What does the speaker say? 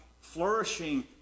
flourishing